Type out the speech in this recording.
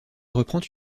reprend